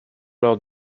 lors